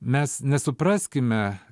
mes nesupraskime